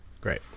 great